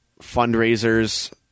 fundraisers